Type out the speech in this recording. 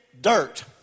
dirt